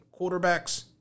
quarterbacks